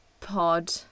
pod